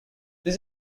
this